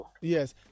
yes